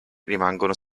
rimangono